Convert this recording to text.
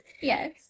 yes